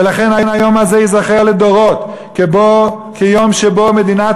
ולכן היום הזה ייזכר לדורות כיום שבו מדינת